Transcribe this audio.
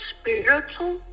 spiritual